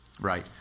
Right